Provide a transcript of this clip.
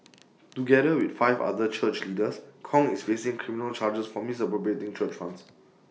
together with five other church leaders Kong is facing criminal charges for misappropriating church funds